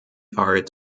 art